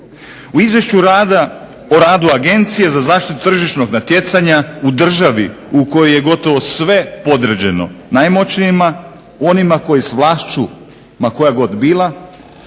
U Izvješću o radu Agencije za zaštitu tržišnog natjecanja u državi u kojoj je gotovo sve podređeno najmoćnijima, onima koji s vlašću ma koja god bila